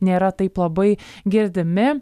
nėra taip labai girdimi